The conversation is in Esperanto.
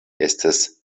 estas